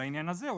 בעניין הזה,